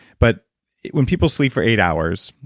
but when people sleep for eight hours,